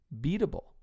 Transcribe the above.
beatable